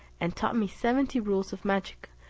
and taught me seventy rules of magic,